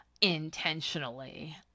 intentionally